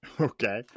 Okay